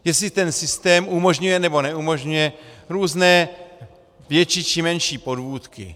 Jestli ten systém umožňuje, nebo neumožňuje různé větší či menší podvůdky.